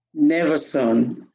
Neverson